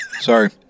Sorry